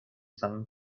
samym